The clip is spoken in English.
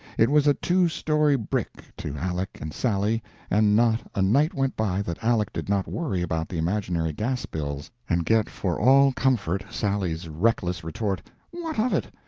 it was a two-story brick to aleck and sally and not a night went by that aleck did not worry about the imaginary gas-bills, and get for all comfort sally's reckless retort what of it?